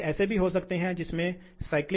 ठीक है चौदह हजार